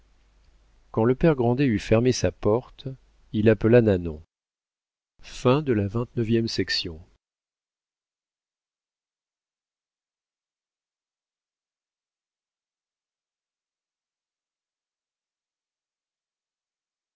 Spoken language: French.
quand le père grandet eut fermé sa porte il appela nanon